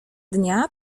dnia